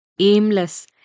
aimless